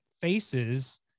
faces